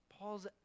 Paul's